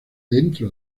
dentro